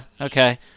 okay